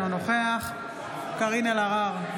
אינו נוכח קארין אלהרר,